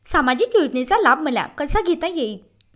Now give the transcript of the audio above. सामाजिक योजनेचा लाभ मला कसा घेता येईल?